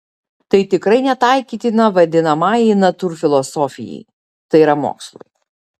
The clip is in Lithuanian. tai tikrai netaikytina vadinamajai natūrfilosofijai tai yra mokslui